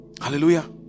Hallelujah